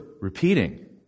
repeating